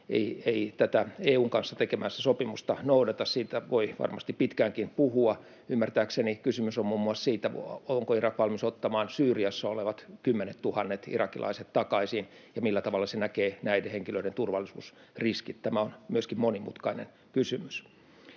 ei tätä EU:n kanssa tekemäänsä sopimusta noudata, siitä voi varmasti pitkäänkin puhua. Ymmärtääkseni kysymys on muun muassa siitä, onko Irak valmis ottamaan Syyriassa olevat kymmenet tuhannet irakilaiset takaisin ja millä tavalla se näkee näiden henkilöiden turvallisuusriskit. Tämä on myöskin monimutkainen kysymys.